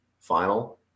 final